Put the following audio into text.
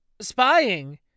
spying